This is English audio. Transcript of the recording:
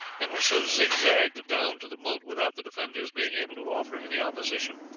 and were so zigzagged down to the moat without the defenders being able to offer any opposition.